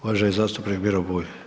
Uvaženi zastupnik Miro Bulj.